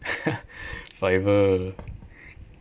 fiverr